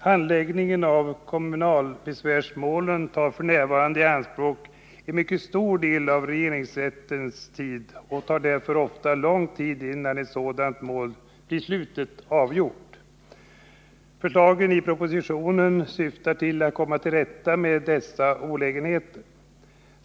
Handläggningen av kommunalbesvärsmålen tar f. n. i anspråk en mycket stor del av regeringsrättens tid, och det tar ofta lång tid innan ett sådant mål blir slutligt avgjort. Förslagen i propositionen syftar till att komma till rätta med dessa olägenheter.